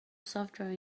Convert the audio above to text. software